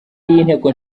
y’inteko